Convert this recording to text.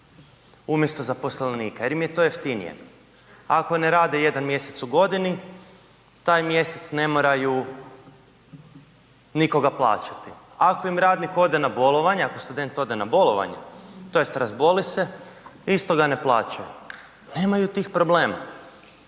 umjesto zaposlenika jer im je to jeftinije. Ako ne rade jedan mjesec u godini, taj mjesec ne moraju nikoga plaćati. Ako im radnik ode na bolovanje, ako student ode na bolovanje, tj. razboli se, isto ga ne plaćaju, nemaju tih problema.